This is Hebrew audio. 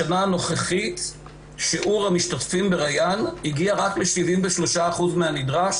בשנה הנוכחית שיעור המשתתפים בריאן הגיע רק ל-73% מן הנדרש.